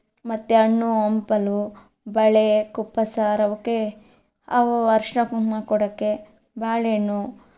ಮತ್ತು ಹಣ್ಣು ಹಂಪಲು ಬಳೆ ಕುಪ್ಪಸ ರವಿಕೆ ಅವು ಅರಶಿನ ಕುಂಕುಮ ಕೊಡೋಕ್ಕೆ ಬಾಳೆ ಹಣ್ಣು